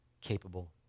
capable